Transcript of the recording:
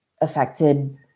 affected